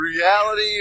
reality